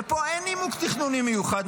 ופה אין נימוק תכנוני מיוחד,